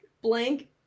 Blank